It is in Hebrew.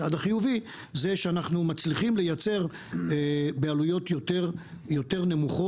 הצעד החיובי הוא שאנחנו מצליחים לייצר בעלויות יותר נמוכות,